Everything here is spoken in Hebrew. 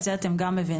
את זה אתם גם מבינים.